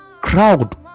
crowd